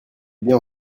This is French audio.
bien